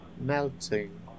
melting